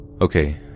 Okay